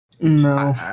No